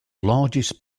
largest